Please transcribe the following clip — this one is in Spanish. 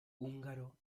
húngaro